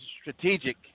strategic